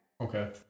Okay